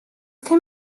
can